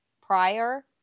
prior